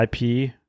IP